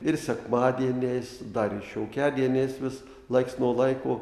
ir sekmadieniais dar ir šiokiadieniais vis laiks nuo laiko